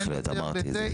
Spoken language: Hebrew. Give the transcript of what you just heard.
בהחלט, אמרתי את זה.